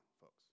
folks